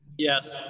yes.